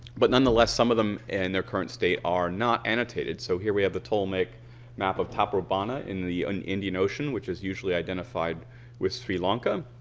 but nonetheless some of them in their current state are not annotated. so here we have the ptolemaic map of taprobana in the indian ocean, which is usually identified with sri lanka.